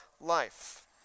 life